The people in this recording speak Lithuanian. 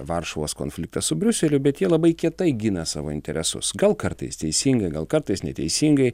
varšuvos konfliktas su briuseliu bet jie labai kietai gina savo interesus gal kartais teisingai gal kartais neteisingai